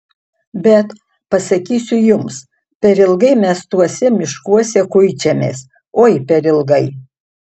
bet pasakysiu jums per ilgai mes tuose miškuose kuičiamės oi per ilgai